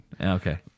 Okay